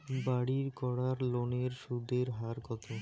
বাড়ির করার লোনের সুদের হার কত?